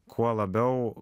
kuo labiau